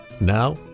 Now